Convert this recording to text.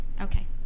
okay